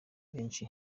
benshi